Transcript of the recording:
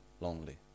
lonely